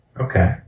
Okay